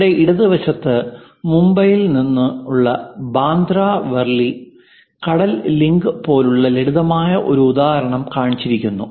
ഇവിടെ ഇടതുവശത്ത് മുംബൈയിൽ നിന്നുള്ള ബാന്ദ്ര വർലി കടൽ ലിങ്ക് പോലുള്ള ലളിതമായ ഒരു ഉദാഹരണം കാണിച്ചിരിക്കുന്നു